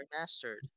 Remastered